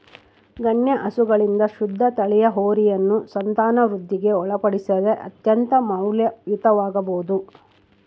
ಗಣ್ಯ ಹಸುಗಳಿಂದ ಶುದ್ಧ ತಳಿಯ ಹೋರಿಯನ್ನು ಸಂತಾನವೃದ್ಧಿಗೆ ಒಳಪಡಿಸಿದರೆ ಅತ್ಯಂತ ಮೌಲ್ಯಯುತವಾಗಬೊದು